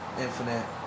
Infinite